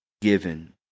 given